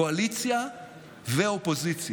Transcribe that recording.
קואליציה ואופוזיציה.